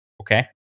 Okay